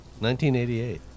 1988